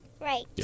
Right